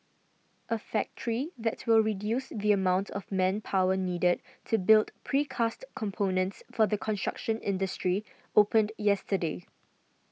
a factory that will reduce the amount of manpower needed to build precast components for the construction industry opened yesterday